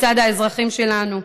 לצד האזרחים שלנו,